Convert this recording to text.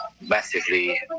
massively